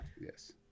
Yes